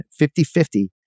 5050